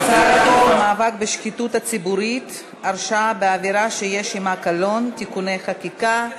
המאבק בשחיתות הציבורית (הרשעה בעבירה שיש עמה קלון) (תיקוני חקיקה),